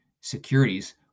securities